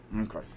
Okay